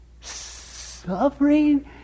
suffering